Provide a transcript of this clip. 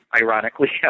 ironically